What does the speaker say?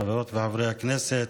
חברות וחברי הכנסת,